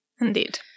indeed